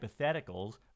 hypotheticals